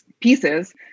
pieces